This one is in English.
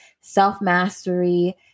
self-mastery